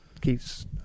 keeps